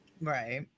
right